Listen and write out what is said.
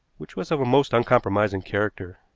which was of a most uncompromising character.